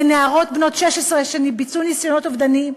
בנערות בנות 16 שביצעו ניסיונות אובדניים,